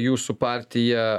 jūsų partija